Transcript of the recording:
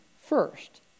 first